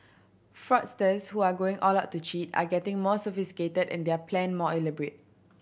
fraudsters who are going all out to cheat are getting more sophisticated and their plan more elaborate